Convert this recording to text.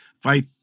fight